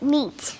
Meat